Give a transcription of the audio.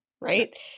right